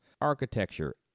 architecture